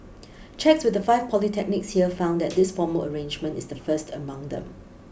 checks with the five polytechnics here found that this formal arrangement is the first among them